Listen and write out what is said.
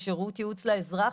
שירות יעוץ לאזרח,